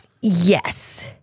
Yes